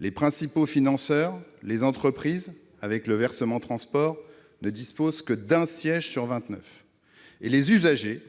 Les principaux financeurs- les entreprises, avec le versement transport -ne disposent que d'un siège sur vingt-neuf, et les usagers,